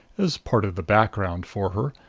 as part of the background for her,